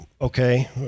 Okay